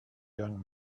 young